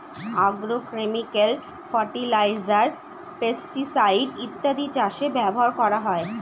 agrochemical fertiliser, pesticide ইত্যাদি চাষে ব্যবহার করা হয়